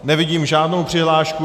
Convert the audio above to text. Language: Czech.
Nevidím žádnou přihlášku.